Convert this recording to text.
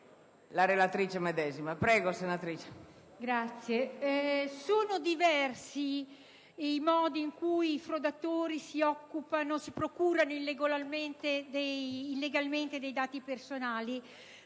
Sono diversi i modi in cui i frodatori si procurano illegalmente i dati personali.